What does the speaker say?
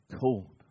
Cool